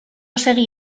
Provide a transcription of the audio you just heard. segi